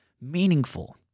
meaningful